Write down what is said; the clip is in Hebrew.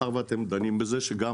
מאחר ואתם דנים בזה שגם